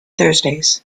thursdays